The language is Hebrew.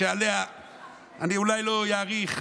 שעליה אני אולי לא אאריך,